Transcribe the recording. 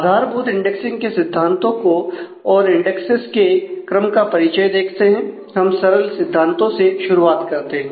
आधारभूत इंडेक्सिंग के सिद्धांतों को और इंडेक्सेस के क्रम का परिचय देखते हैं हम सरल सिद्धांतों से शुरुआत करते हैं